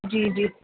جی جی